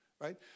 Right